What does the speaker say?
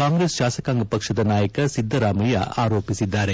ಕಾಂಗ್ರೆಸ್ ಶಾಸಕಾಂಗ ಪಕ್ಷದ ನಾಯಕ ಸಿದ್ದರಾಮಯ್ಯ ಆರೋಪಿಸಿದ್ದಾರೆ